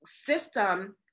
system